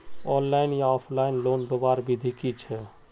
Online या offline loan लुबार विधि की छे?